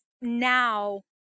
now